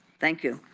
thank you.